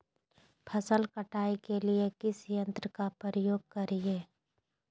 फसल कटाई के लिए किस यंत्र का प्रयोग करिये?